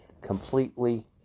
completely